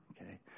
okay